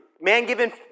Man-given